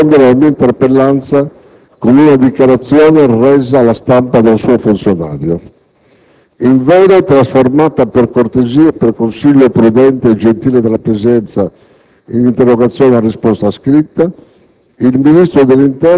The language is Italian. ha ritenuto di rispondere ad una mia interpellanza con una dichiarazione resa alla stampa da un suo funzionario. In vero, trasformata per cortesia e per consiglio prudente e gentile della Presidenza, in interrogazione a risposta scritta,